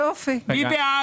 מי בעד?